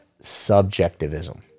subjectivism